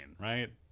right